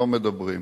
לא מדברים.